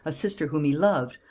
a sister whom he loved,